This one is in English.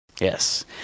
Yes